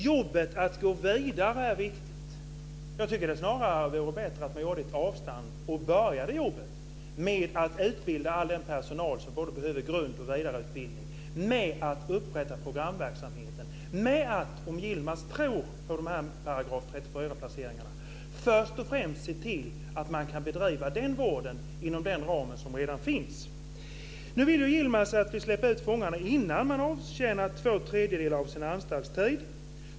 Jobbet att gå vidare är alltså viktigt men det vore väl snarare bättre att göra ett avstamp och börja jobbet med att utbilda all den personal som behöver både grund och vidareutbildning, med att upprätta programverksamheten och med att - om nu Yilmaz tror på § 34-placeringarna - först och främst se till att denna vård kan bedrivas inom den ram som redan finns. Nu vill Yilmaz att fångarna ska släppas ut innan två tredjedelar av anstaltstiden avtjänats.